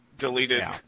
deleted